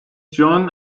john